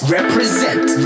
Represent